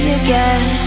again